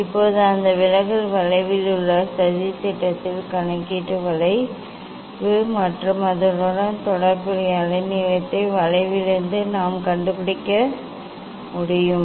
இப்போது அந்த விலகல் வளைவில் உள்ள சதித்திட்டத்தில் கணக்கீட்டு வளைவு மற்றும் அதனுடன் தொடர்புடைய அலைநீளத்தை வளைவிலிருந்து நாம் கண்டுபிடிக்க முடியும்